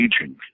aging